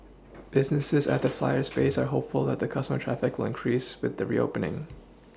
businesses at the Flyer's base are hopeful that the customer traffic will increase with the reopening